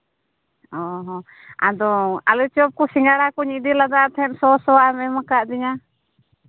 ᱚᱸᱻ ᱦᱚᱸ ᱟᱫᱚ ᱟᱹᱞᱩ ᱪᱚᱯ ᱠᱚ ᱥᱤᱸᱜᱟᱲᱟ ᱠᱚᱧ ᱤᱫᱤ ᱞᱮᱫᱟ ᱛᱟᱦᱮᱸᱜ ᱥᱚ ᱥᱚᱣᱟᱜ ᱮᱢ ᱠᱟᱣᱫᱤᱧᱟᱹ